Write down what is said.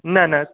न न